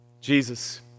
Jesus